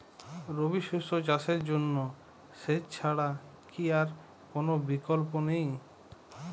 রবি শস্য চাষের জন্য সেচ ছাড়া কি আর কোন বিকল্প নেই?